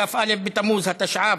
כ"א בתמוז התשע"ו,